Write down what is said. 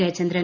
Jayachandran